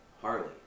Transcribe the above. harley